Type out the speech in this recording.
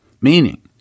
Meaning